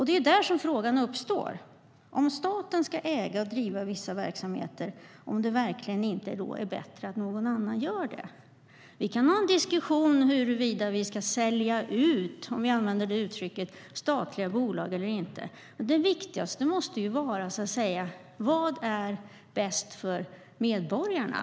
Det är där som frågan uppstår om staten ska äga och driva vissa verksamheter eller om det är bättre att någon annan gör det. Vi kan ha en diskussion om huruvida vi ska sälja ut, om vi använder uttrycket, statliga bolag eller inte. Men det viktigaste måste vara vad som är bäst för medborgarna.